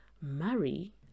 marry